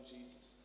Jesus